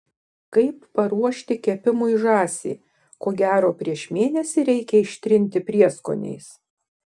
kaip paruošti kepimui žąsį ko gero prieš mėnesį reikia ištrinti prieskoniais